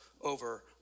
over